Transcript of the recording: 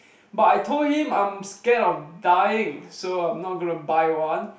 but I told him I'm scared of dying so I'm not gonna buy one